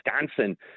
Wisconsin